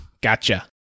gotcha